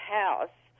house